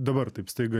dabar taip staiga